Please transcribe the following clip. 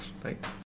Thanks